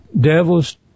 Devil's